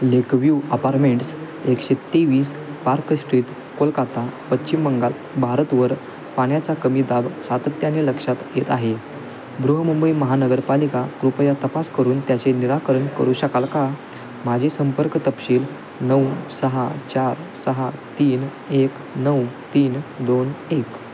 Lakeview apartments एकशे तेवीस park street Kolkata Paschim Bangal भारतवर पाण्याचा कमी दाब सातत्याने लक्षात येत आहे बृहन्मुंबई महानगरपालिका कृपया तपास करून त्याचे निराकरण करू शकाल का माझे संपर्क तपशील नऊ सहा चार सहा तीन एक नऊ तीन दोन एक